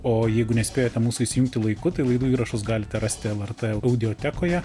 o jeigu nespėjote mūsų įsijungtų laiku tai laidų įrašus galite rasti lrt audiotekoje